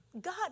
God